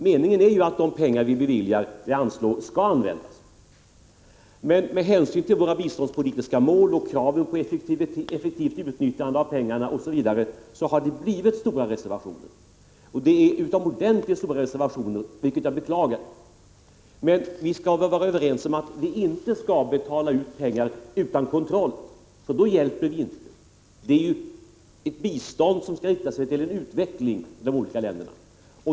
Meningen är ju att de pengar som vi anslår skall användas. Men med hänsyn till våra biståndspolitiska mål och kravet på effektivt utnyttjande av pengarna blir det utomordentligt stora reservationer, vilket är beklagligt. Men vi skall väl vara överens om att vi inte skall betala ut pengar utan kontroll, för då hjälper vi inte. Biståndet skall utnyttjas för utveckling i de olika länderna.